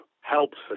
helps